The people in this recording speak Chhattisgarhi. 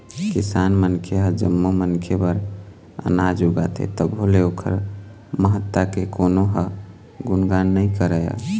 किसान मनखे ह जम्मो मनखे बर अनाज उगाथे तभो ले ओखर महत्ता के कोनो ह गुनगान नइ करय